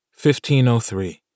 1503